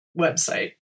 website